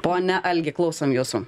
pone algi klausom jūsų